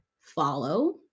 Follow